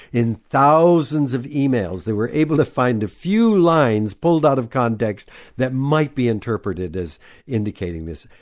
in thousands of emails they were able to find a few lines pulled out of context that might be interpreted as indicating this.